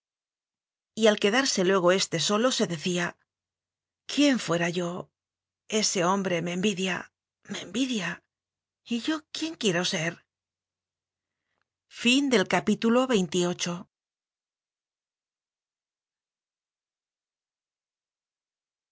quín y al quedarse luego éste solo se decía quién fuera yo ese hombre me envidia me envidia y yo quién quiero ser tm